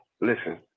Listen